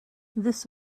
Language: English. this